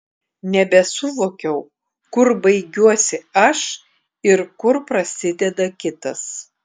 nebesuvokiau kur baigiuosi aš ir kur prasideda kitas